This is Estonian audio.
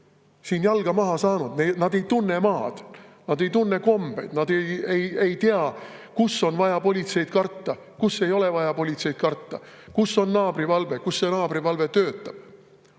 siin jalga maha saanud, nad ei tunne maad, nad ei tunne kombeid, nad ei tea, kus on vaja politseid karta, kus ei ole vaja politseid karta, kus on naabrivalve, kus see naabrivalve töötab.